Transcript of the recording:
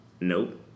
nope